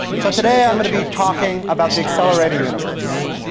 so today i'm going to be talking about the accelerating universe,